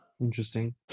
Interesting